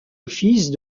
office